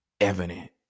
evident